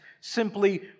simply